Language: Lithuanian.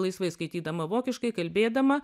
laisvai skaitydama vokiškai kalbėdama